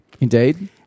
Indeed